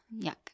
yuck